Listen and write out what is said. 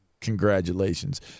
Congratulations